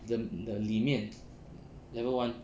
the the 里面 level one